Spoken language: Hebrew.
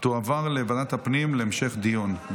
תועבר לוועדת הפנים להמשך דיון.